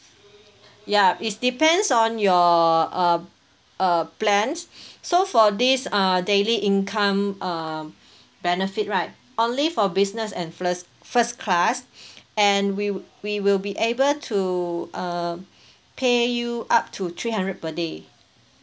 ya is depends on your uh uh plans so for this err daily income err benefit right only for business and first first class and we we will be able to err pay you up to three hundred per day